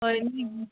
ꯍꯣꯏ